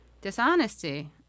dishonesty